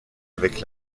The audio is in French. avec